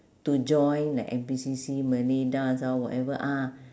to join like N_P_C_C malay dance ah whatever ah